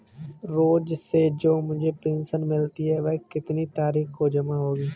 रोज़ से जो मुझे पेंशन मिलती है वह कितनी तारीख को जमा होगी?